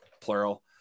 plural